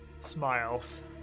smiles